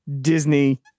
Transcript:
Disney